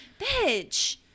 Bitch